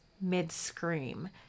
mid-scream